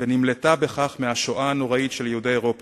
וכך נמלטה מהשואה הנוראה של יהודי אירופה,